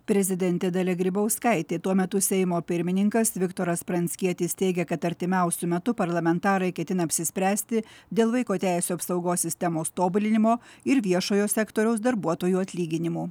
prezidentė dalia grybauskaitė tuo metu seimo pirmininkas viktoras pranckietis teigia kad artimiausiu metu parlamentarai ketina apsispręsti dėl vaiko teisių apsaugos sistemos tobulinimo ir viešojo sektoriaus darbuotojų atlyginimų